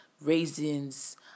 raisins